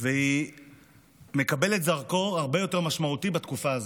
והיא מקבלת זרקור הרבה יותר משמעותי בתקופה הזאת.